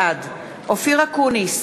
בעד אופיר אקוניס,